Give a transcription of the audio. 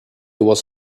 was